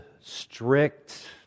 strict